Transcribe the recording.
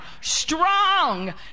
Strong